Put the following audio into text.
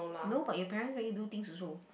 no but your parents make you do things also